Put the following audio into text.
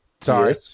Sorry